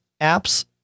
apps